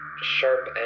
sharp